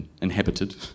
inhabited